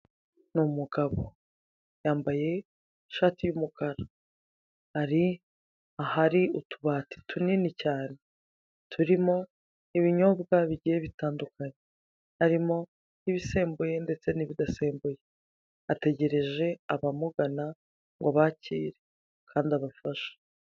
Ni umugabo yambaye ishati y'umukara, ari ahari utubati tunini cyane turimo ibinyobwa bigiye bitandukanye, harimo ibisembuye ndetse n'ibidasembuye. Ategereje abamugana ngo abakire kandi abafashe.